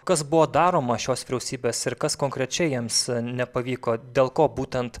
kas buvo daroma šios vyriausybės ir kas konkrečiai jiems nepavyko dėl ko būtent